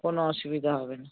কোনো অসুবিধা হবে না